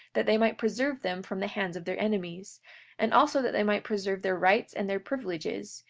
that they might preserve them from the hands of their enemies and also that they might preserve their rights and their privileges,